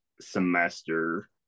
semester